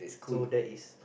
so that is